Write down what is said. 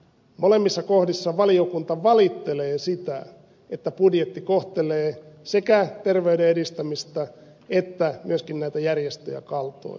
molemmissa kohdissa valiokunta valittelee sitä että budjetti kohtelee sekä terveyden edistämistä että myöskin näitä järjestöjä kaltoin